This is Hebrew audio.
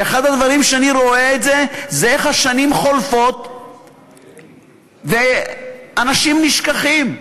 ואחד הדברים שאני רואה זה איך השנים חולפות ואנשים נשכחים.